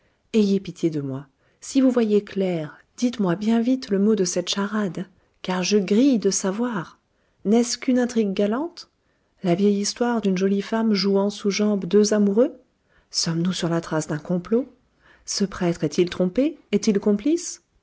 ayez pitié de moi si vous voyez clair dites-moi bien vite le mot de cette charade car je grille de savoir n'est-ce qu'une intrigue galante la vieille histoire d'une jolie femme jouant sous jambe deux amoureux sommes-nous sur la trace d'un complot ce prêtre est-il trompé est-il complice